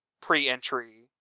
pre-entry